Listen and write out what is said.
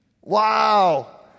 wow